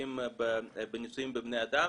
שנמצאות בניסויים בבני אדם,